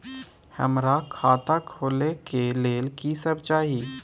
हमरा खाता खोले के लेल की सब चाही?